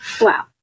Wow